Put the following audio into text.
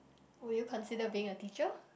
would you consider being a teacher